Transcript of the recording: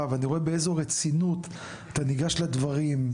ואני ראוה באיזו רצינות אתה ניגש לדברים,